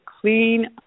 clean